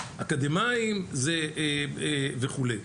אקדמאים וכו'.